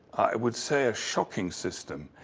i would say a shocking system.